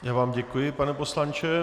Já vám děkuji, pane poslanče.